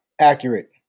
Accurate